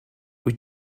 wyt